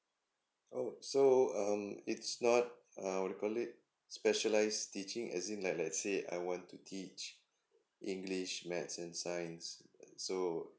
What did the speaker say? oh so um it's not uh what do you call it specialised teaching as in like let's say I want to teach english maths and science so